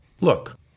Look